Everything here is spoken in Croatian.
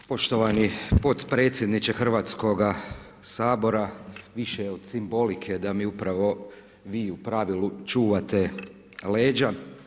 Poštovani podpredsjedniče Hrvatskoga sabora, više od simbolike da mi upravo vi u pravilu čuvate leđa.